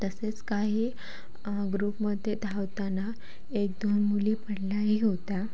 तसेच काही ग्रुपमध्ये धावताना एक दोन मुली पडल्याही होत्या